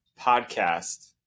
podcast